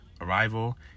arrival